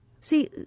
See